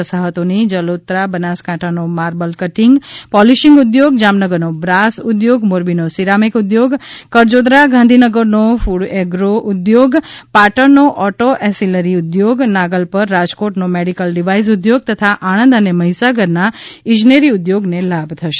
વસાહતોથી જલોત્રા બનાસકાંઠાનો marble cutting polishing ઉદ્યોગ જામનગરનો બ્રાસ ઉદ્યોગ મોરબીનો સિરામિક ઉદ્યોગ કડજોદરા ગાંધીનગરનો ફૂડ એગ્રો ઉદ્યોગ પાટણનો ઓટો એસિલરી ઉદ્યોગ નાગલપર રાજકોટનો મેડિકલ ડિવાઇસ ઊદ્યોગ તથાઆણંદ અને મહિસાગરના ઇજનેરી ઉદ્યોગોને લાભ થશે